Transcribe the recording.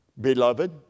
Beloved